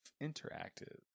Interactive